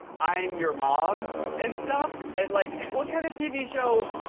i'm your mom and stuff like what kind of tv show?